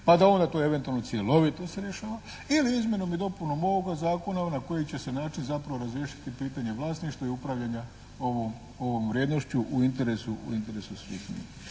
pa da onda to eventualno cjelovito se rješava ili izmjenom i dopunom ovoga zakona na koji će se način zapravo razriješiti pitanja vlasništva i upravljanja ovom vrijednošću u interesu svih njih.